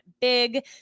big